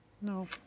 No